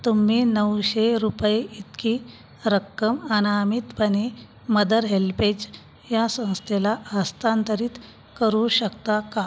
तुम्ही नऊशे रुपये इतकी रक्कम अनामितपणे मदर हेल्पेज या संस्थेला हस्तांतरित करू शकता का